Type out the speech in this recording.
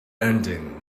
ending